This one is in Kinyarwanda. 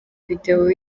video